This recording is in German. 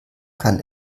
kann